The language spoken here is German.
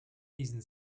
diesen